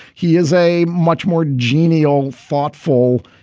he is a much more genial, thoughtful,